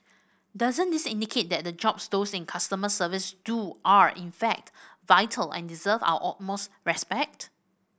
doesn't this indicate that the jobs those in customer service do are in fact vital and deserve our utmost respect